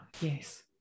Yes